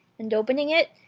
and open ing it,